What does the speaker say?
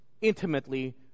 intimately